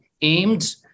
aimed